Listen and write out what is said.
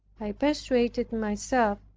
i persuaded myself,